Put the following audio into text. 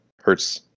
hurts